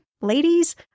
ladies